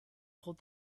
hold